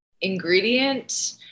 ingredient